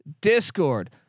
discord